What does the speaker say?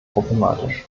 problematisch